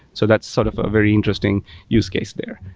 so that's sort of a very interesting use case there.